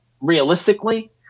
realistically